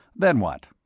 then what?